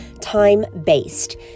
time-based